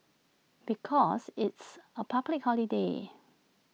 because it's A public holiday